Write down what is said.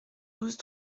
douze